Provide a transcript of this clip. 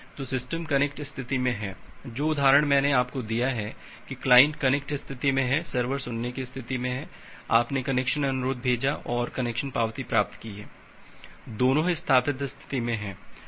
तो system connect स्थिति में है जो उदाहरण मैंने आपको दिया है कि क्लाइंट कनेक्ट स्थिति में है सर्वर सुनने की स्थिति में है आपने कनेक्शन अनुरोध भेजा है और कनेक्शन पावती प्राप्त की है दोनों ही स्थापित स्थिति में हैं